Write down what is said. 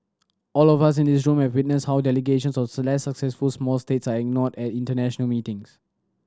all of us in this room have witnessed how delegations of successful small states are ignored at international meetings